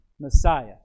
messiah